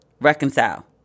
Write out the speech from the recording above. Reconcile